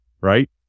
right